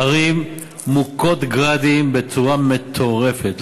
ערים מוכות "גראדים" בצורה מטורפת,